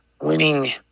winning